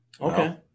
Okay